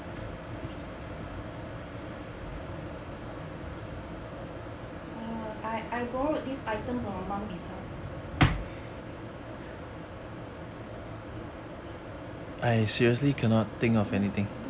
err I I borrow this item from my mum before 什么